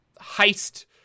heist